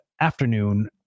afternoon